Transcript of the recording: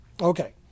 Okay